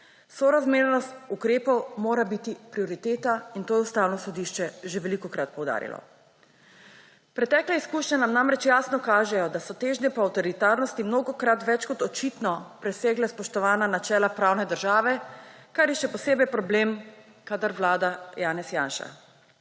Sorazmernost ukrepov mora biti prioriteta in to je Ustavno sodišče že velikokrat poudarilo. Pretekle izkušnje nam namreč jasno kažejo, da so težnje po avtoritarnosti mnogokrat več kot očino presegle spoštovanje načela pravne države, kar je še posebej problem, kadar vlada Janez Janša.